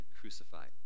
crucified